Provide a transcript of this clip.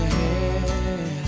head